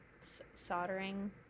soldering